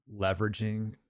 leveraging